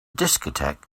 discotheque